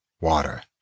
Water